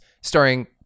starring